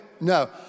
no